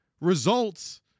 results